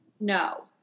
no